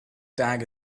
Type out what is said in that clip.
tag